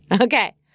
okay